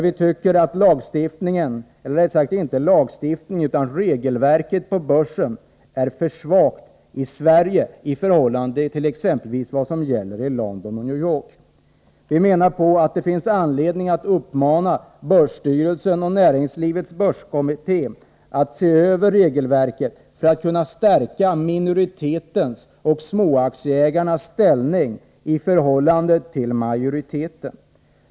I detta avseende tycker vi att regelverket på börsen är för svagt i Sverige i förhållande till vad som gäller exempelvis i London och New York. Det finns anledning att uppmana börsstyrelsen och näringslivets börskommitté att se över regelverket för att stärka minoritetens och de små aktieägarnas ställning i förhållande till majoriteten.